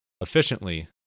efficiently